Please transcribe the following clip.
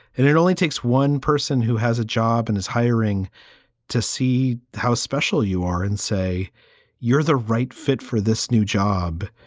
and it only takes one person who has a job and is hiring to see how special you are and say you're the right fit for this new job.